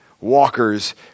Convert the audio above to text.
walkers